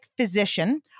physician